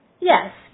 Yes